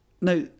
Now